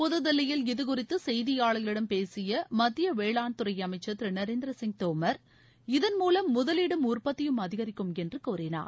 புதுதில்லியில் இது குறித்து செய்தியாளர்களிடம் பேசிய மத்திய வேளாண் துறை அமைச்சர் திரு நரேந்திர சிங் தோமர் இதன் மூலம் முதலீடும் உற்பத்தியும் அதிகரிக்கும் என்று கூறினார்